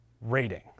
Rating